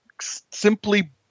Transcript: simply